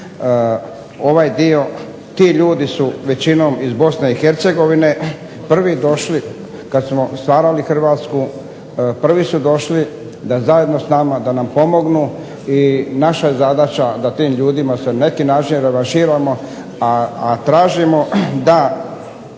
ovaj dio ti ljudi su većinom iz Bosne i Hercegovine prvi došli kada smo stvarali Hrvatsku prvi su došli da zajedno s nama da nam pomognu i naša je zadaća da tim ljudima se na neki način revanširamo, a tražimo da